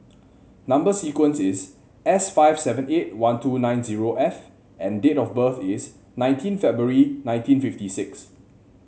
number sequence is S five seven eight one two nine zero F and date of birth is nineteen February nineteen fifty six